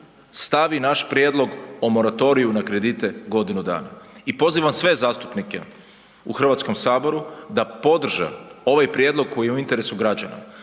stavi naš prijedlog o moratoriju na kredite godinu dana i pozivam sve zastupnike u Hrvatskom saboru da podrže ovaj prijedlog koji je u interesu građana,